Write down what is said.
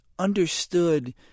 understood